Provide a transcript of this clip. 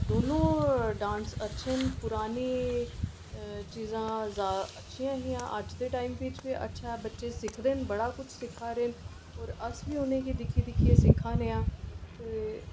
दोनो डांस अच्छे न पुरानियां चीजां जै अच्छियां हियां अज्ज दे टाइम बिच बी अच्छा ऐ बच्चे सिखदे न बड़ा किश सिक्खै दे न और अस बी उ'नें गी दिक्खी दिक्खियै सिक्खै ने आं ते